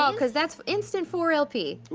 ah cause that's instant four lp.